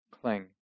cling